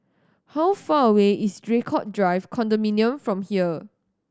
how far away is Draycott Drive Condominium from here